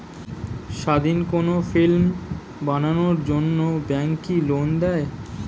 স্বাধীন কোনো ফিল্ম বানানোর জন্য ব্যাঙ্ক কি লোন দেয়?